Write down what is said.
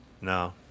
No